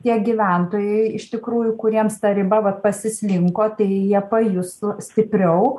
tie gyventojai iš tikrųjų kuriems ta riba vat pasislinko tai jie pajustų stipriau